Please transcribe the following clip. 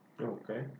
Okay